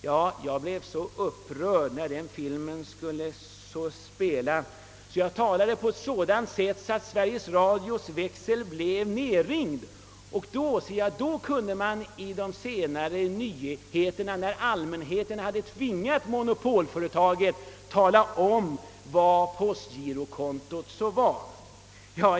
Ja, jag blev så upprörd att jag talade på ett sådant sätt när filmtexten skulle »speakas» att Sveriges Radios växel blev nedringd. Först i de senare nyheterna, sedan allmänheten tvingat monopolföretaget till det, lämnade man uppgift om postgirokontot.